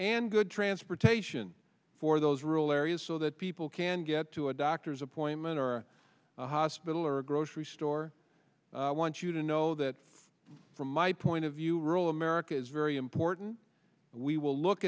and good transportation for those rural areas so that people can get to a doctor's appointment or a hospital or a grocery store i want you to know that from my point of view rural america is very important we will look